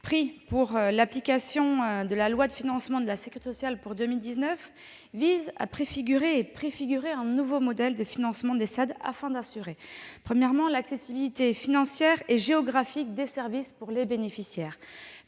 pris pour l'application de la loi de financement de la sécurité sociale pour 2019, vise à préfigurer un nouveau modèle de financement des SAAD, afin d'assurer l'accessibilité financière et géographique des services pour les bénéficiaires,